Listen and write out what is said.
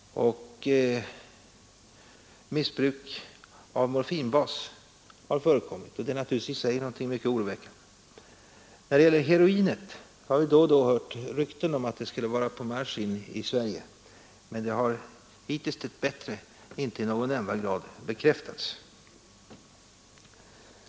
Missbruk av morfinbas har förekommit, och det är naturligtvis i och för sig mycket oroväckande. Beträffande heroinet har vi då och då hört rykten att det skulle vara på marsch in i Sverige, men de har hittills dess bättre inte i någon nämnvärd grad bekräftats.